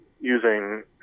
using